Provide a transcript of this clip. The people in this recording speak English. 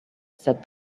said